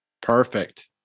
Perfect